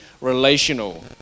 relational